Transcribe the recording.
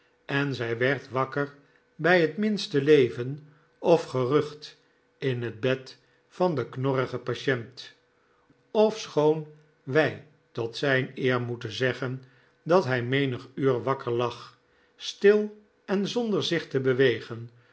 en zij werd wakker bij het minste leven of gerucht in het bed van den knorrigen patient ofschoon wij tot zijn eer moeten zeggen dat hij menig uur wakker lag stil en zonder zich te bewegen